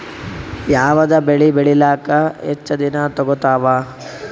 ಯಾವದ ಬೆಳಿ ಬೇಳಿಲಾಕ ಹೆಚ್ಚ ದಿನಾ ತೋಗತ್ತಾವ?